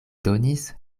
donis